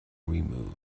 removed